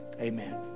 Amen